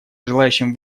желающим